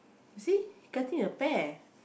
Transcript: you see cutting the pear